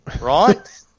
right